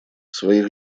своих